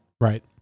Right